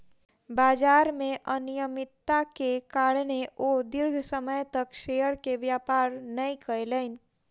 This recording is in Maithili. बजार में अनियमित्ता के कारणें ओ दीर्घ समय तक शेयर के व्यापार नै केलैन